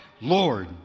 Lord